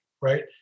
right